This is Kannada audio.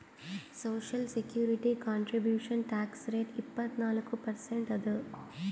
social security contribution tax rate ಇಪ್ಪತ್ನಾಲ್ಕು ಪರ್ಸೆಂಟ್ ಅದ